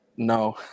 No